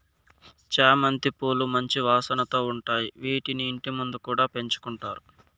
చామంతి పూలు మంచి వాసనతో ఉంటాయి, వీటిని ఇంటి ముందు కూడా పెంచుకుంటారు